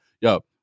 Yo